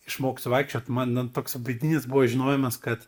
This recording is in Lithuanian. išmoksiu vaikščiot man na toks vidinis buvo žinojimas kad